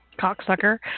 Cocksucker